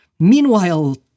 Meanwhile